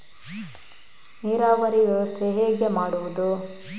ನೀರಾವರಿ ವ್ಯವಸ್ಥೆ ಹೇಗೆ ಮಾಡುವುದು?